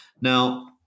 Now